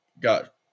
got